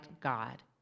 God